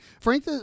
Frank